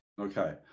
Okay